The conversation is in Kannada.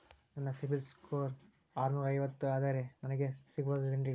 ನನ್ನ ಸಿಬಿಲ್ ಸ್ಕೋರ್ ಆರನೂರ ಐವತ್ತು ಅದರೇ ನನಗೆ ಸಾಲ ಸಿಗಬಹುದೇನ್ರಿ?